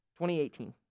2018